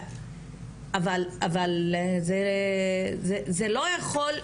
אבל זה לא יכול להימשך,